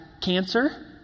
cancer